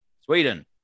Sweden